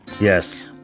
yes